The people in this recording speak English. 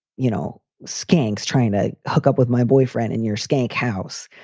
you know, skiing's trying to hook up with my boyfriend and your skank house.